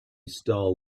stole